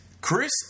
Chris